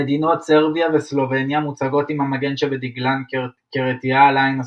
המדינות סרביה וסלובניה מוצגות עם המגן שבדגלן כרטייה על העין השמאלית,